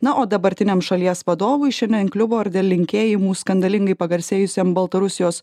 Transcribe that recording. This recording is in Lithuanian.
na o dabartiniam šalies vadovui šiandien kliuvo ir dėl linkėjimų skandalingai pagarsėjusiam baltarusijos